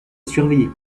surveiller